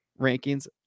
rankings